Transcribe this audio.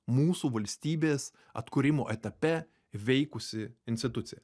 mūsų valstybės atkūrimo etape veikusi institucija